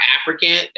African